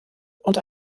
und